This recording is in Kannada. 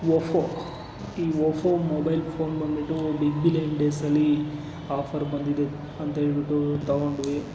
ಒಫೋ ಈ ಒಫೋ ಮೊಬೈಲ್ ಫೋನ್ ಬಂದ್ಬಿಟ್ಟು ಬಿಗ್ ಬಿಲಿಯನ್ ಡೇಸಲ್ಲಿ ಆಫರ್ ಬಂದಿದೆ ಅಂತ ಹೇಳಿಬಿಟ್ಟು ತೊಗೊಂಡ್ವಿ